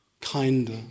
Kinder